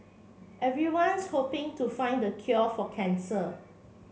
everyone's hoping to find the cure for cancer